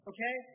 Okay